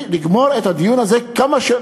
לגמור את הדיון הזה כמה שיותר מהר,